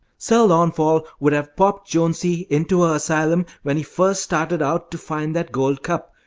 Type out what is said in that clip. sir launfal would have popped jonesy into a sylum when he first started out to find that gold cup,